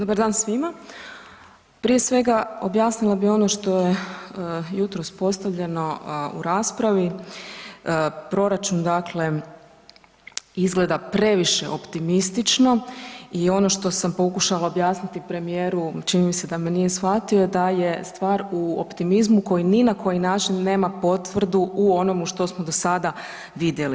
Dobar dan svima, prije svega objasnila bi ono što je jutros postavljeno u raspravi, proračun dakle izgleda previše optimistično i ono što sam pokušala objasniti premijeru čini mi se da me nije shvatio da je stvar u optimizmu koji ni na koji način nema potvrdu u onomu što smo do sada vidjeli.